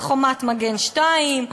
על "חומת מגן 2",